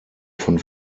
von